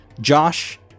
Josh